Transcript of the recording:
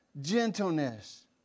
gentleness